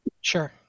sure